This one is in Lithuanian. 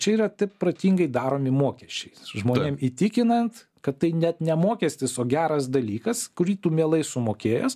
čia yra taip protingai daromi mokesčiai žmonėm įtikinant kad tai net ne mokestis o geras dalykas kurį tu mielai sumokėjęs